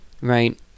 right